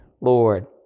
Lord